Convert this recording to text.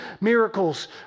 miracles